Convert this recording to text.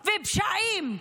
-- ופשעים,